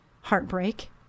heartbreak